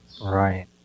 Right